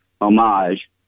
homage